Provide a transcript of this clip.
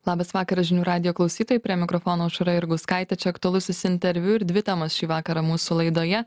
labas vakaras žinių radijo klausytojai prie mikrofono aušra jurgauskaitė aktualusis interviu ir dvi temos šį vakarą mūsų laidoje